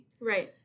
Right